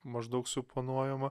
maždaug suponuojama